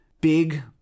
big